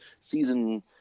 season